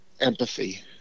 Empathy